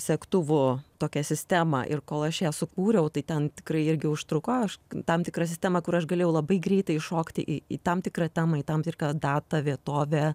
segtuvų tokią sistemą ir kol aš ją sukūriau tai ten tikrai irgi užtruko aš tam tikra sistema kur aš galėjau labai greitai įšokti į tam tikrą temą į tam tikrą datą vietovę